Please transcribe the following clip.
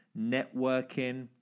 networking